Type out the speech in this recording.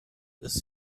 ist